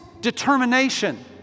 determination